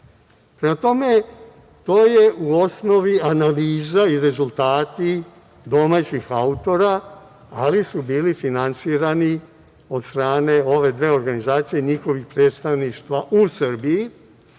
tome, to je u osnovi analiza i rezultati domaćih autora, ali su bili finansirani od strane ove dve organizacije, njihovih predstavništva u Srbiji.